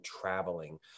traveling